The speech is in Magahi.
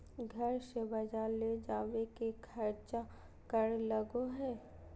घर से बजार ले जावे के खर्चा कर लगो है?